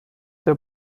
der